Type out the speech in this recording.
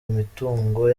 imitungo